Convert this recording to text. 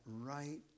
right